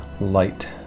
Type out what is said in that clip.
light